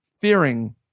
fearing